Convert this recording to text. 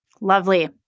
Lovely